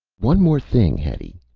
one more thing, hetty,